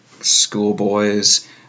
schoolboys